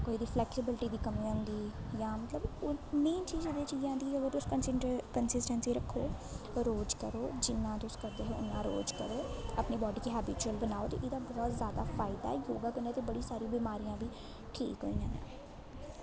कोई ओह्दी फलैकसिबलटी दी कमी होंदी जां मतलब ओह् मेन चीजां एह्दे च इ'यै आंदियां अगर तुस कंसिसड कंसिसटैंसी रक्खो रोज करो जिन्ना तुस करदे उन्ना रोज करो अपनी बाड्डी गी हैबिचुआल बनाओ ते एह्दा बड़ा जादा फायदा ऐ योग कन्नै ते बड़ियां सारियां बमारियां बी ठीक होइयां न